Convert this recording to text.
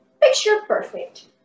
picture-perfect